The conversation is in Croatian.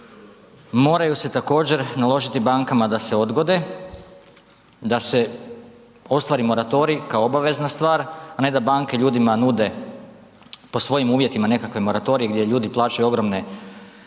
moraju se također naložiti bankama da se odgode, da se ostvari moratorij kao obavezna stvar, a ne da banke ljudima nude po svojim uvjetima nekakve moratorije gdje ljudi plaćaju ogromne